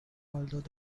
although